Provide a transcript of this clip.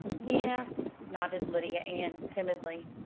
yes, nodded lydia ann timidly.